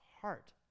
heart